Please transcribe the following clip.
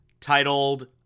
titled